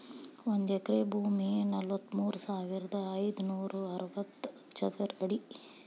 ಒಂದ ಎಕರೆ ಭೂಮಿ ನಲವತ್ಮೂರು ಸಾವಿರದ ಐದನೂರ ಅರವತ್ತ ಚದರ ಅಡಿ